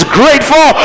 grateful